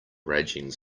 raging